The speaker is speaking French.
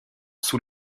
sous